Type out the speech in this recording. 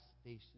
station